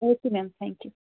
okay madam thank you